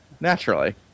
naturally